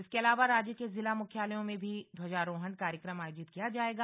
इसके अलावा राज्य के जिला मुख्यालयों में भी ध्वजारोहण कार्यक्रम आयोजित किया गया जाएगा